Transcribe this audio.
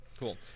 cool